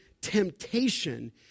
temptation